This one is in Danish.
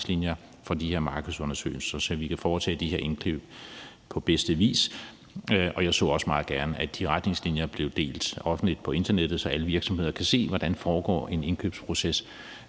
for de her markedsundersøgelser, så vi kan foretage de her indkøb på bedste vis. Jeg så også meget gerne, at de retningslinjer blev delt offentligt på internettet, så alle virksomheder kan se, hvordan en indkøbsproces